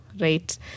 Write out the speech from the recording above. Right